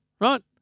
right